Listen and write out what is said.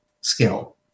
skill